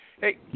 Hey